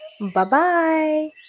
bye-bye